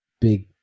big